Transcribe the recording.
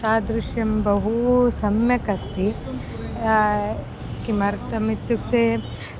तादृशं बहु सम्यक् अस्ति किमर्थम् इत्युक्ते